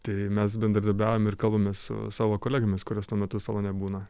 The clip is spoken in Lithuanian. tai mes bendradarbiaujam ir kalbamės su savo kolegomis kurios tuo metu salone būna